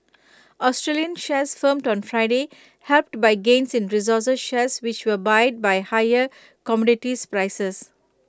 Australian shares firmed on Friday helped by gains in resources shares which were buoyed by higher commodities prices